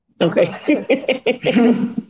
okay